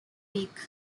week